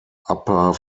upper